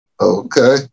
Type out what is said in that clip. Okay